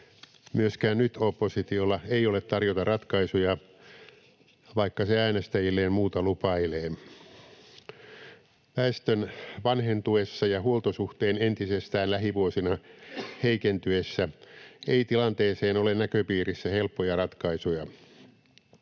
Myöskään nyt oppositiolla ei ole tarjota ratkaisuja, vaikka se äänestäjilleen muuta lupailee. Väestön vanhentuessa ja huoltosuhteen lähivuosina entisestään heikentyessä ei tilanteeseen ole näköpiirissä helppoja ratkaisuja.